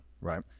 right